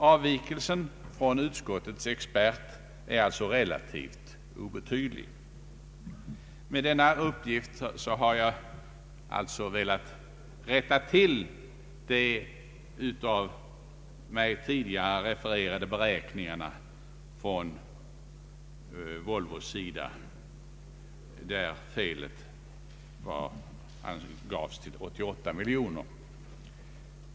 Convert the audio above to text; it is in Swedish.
Avvikelsen från utskottets expert är alltså relativt obetydlig. Med denna uppgift vill jag alltså rätta till de av mig tidigare refererade beräkningarna från Volvos sida, där felmarginalen beräknades till 88 miljoner kronor.